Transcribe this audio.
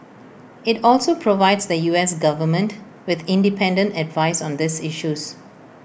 IT also provides the U S Government with independent advice on these issues